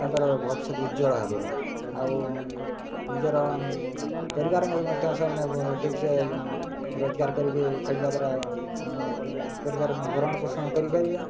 ତାଙ୍କର ଭବିଷ୍ୟତ ଉଜ୍ୱଳ ହେବ ଆଉ ନିଜର ପରିବାର ମଧ୍ୟ ସେମାନେ ଠିକ୍ ସେ ରୋଜଗାର କରିକି ଖେଳିବା ଦ୍ୱାରା ପରିବାର ଭରଣ ପୋଷଣ କରିପାରିବେ